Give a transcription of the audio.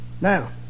Now